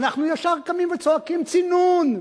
אנחנו ישר קמים וצועקים "צינון",